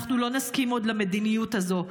אנחנו לא נסכים עוד למדיניות הזו.